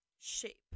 shape